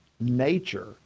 nature